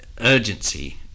urgency